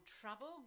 trouble